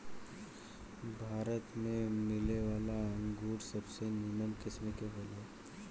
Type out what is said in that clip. भारत में मिलेवाला अंगूर सबसे निमन किस्म के होला